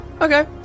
Okay